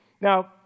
Now